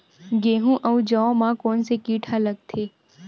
गेहूं अउ जौ मा कोन से कीट हा लगथे?